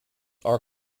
are